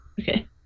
Okay